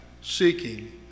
seeking